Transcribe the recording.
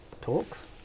talks